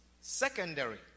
secondary